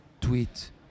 tweet